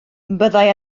byddai